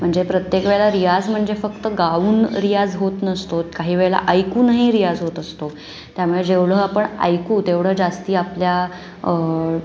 म्हणजे प्रत्येक वेळेला रियाज म्हणजे फक्त गाऊन रियाज होत नसतो काही वेळेला ऐकूनही रियाज होत असतो त्यामुळे जेवढं आपण ऐकू तेवढं जास्त आपल्या